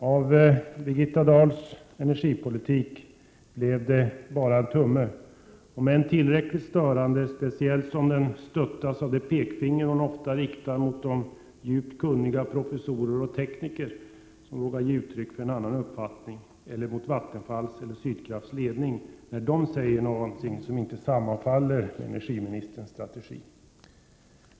Av Birgitta Dahls energipolitik blev det bara en tumme, om än tillräckligt störande, speciellt om den stöttas av det pekfinger som hon ofta riktar mot de djupt kunniga professorer och tekniker som vågar ge uttryck för en annan uppfattning eller mot Vattenfalls eller Sydkrafts ledning, när man där säger något som inte sammanfaller med energiministerns strategi.